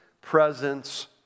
presence